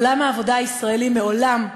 עולם העבודה הישראלי מעולם,